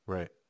Right